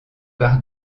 part